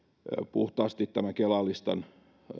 puhtaasti tämän kela listan